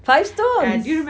five stones